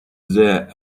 their